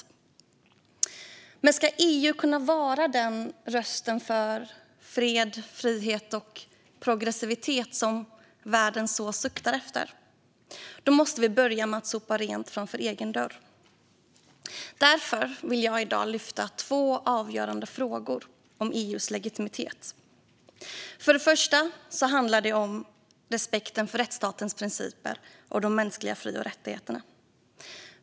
Om EU ska kunna vara den röst för fred, frihet och progressivitet som världen suktar efter måste vi börja med att sopa rent framför egen dörr. Därför vill jag i dag lyfta fram två avgörande frågor om EU:s legitimitet. För det första handlar det om respekten för rättsstatens principer och de mänskliga fri och rättigheterna.